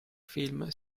film